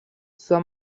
sua